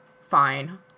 fine